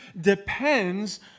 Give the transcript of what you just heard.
depends